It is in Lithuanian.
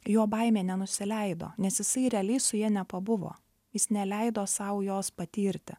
jo baimė nenusileido nes jisai realiai su ja nepabuvo jis neleido sau jos patirti